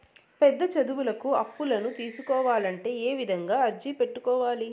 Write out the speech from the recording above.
పెద్ద చదువులకు అప్పులను తీసుకోవాలంటే ఏ విధంగా అర్జీ పెట్టుకోవాలి?